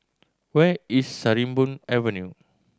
where is Sarimbun Avenue